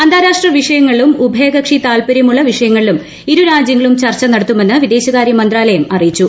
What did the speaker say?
അന്താരാഷ്ട്ര വിഷയങ്ങളിലും ഉഭയകക്ഷി താല്പര്യമുള്ള വിഷയങ്ങളിലും ഇരുരാജ്യങ്ങളും ചർച്ച ്രക്ട്ടത്തുമെന്ന് വിദേശകാര്യമന്ത്രാലയം അറിയിച്ചു